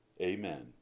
Amen